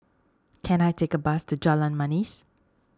can I take a bus to Jalan Manis